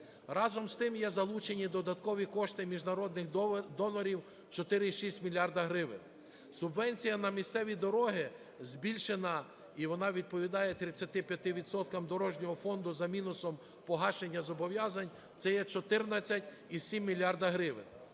Разом з тим, є залучені додаткові кошти міжнародних донорів – 4,6 мільярда гривень. Субвенція на місцеві дороги збільшена, і вона відповідає 35 відсоткам дорожнього фонду за мінусом погашення зобов'язань – це є 14,7 мільярда